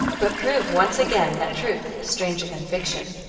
but prove once again that truth is stranger than fiction.